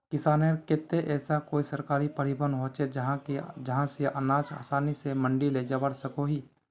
किसानेर केते ऐसा कोई सरकारी परिवहन होचे जहा से अनाज आसानी से मंडी लेजवा सकोहो ही?